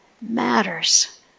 matters